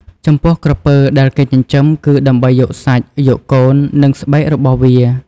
ចំពោះក្រពើដែលគេចិញ្ចឹម គឺដើម្បីយកសាច់ យកកូន និងស្បែករបស់វា។